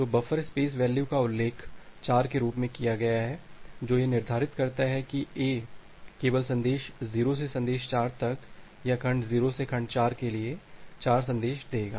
तो buffer space value का उल्लेख 4 के रूप में किया गया है जो यह निर्धारित करता है कि A केवल संदेश 0 से संदेश 4 तक या खंड 0 से खंड 4 के लिए 4 संदेश देगा